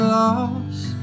lost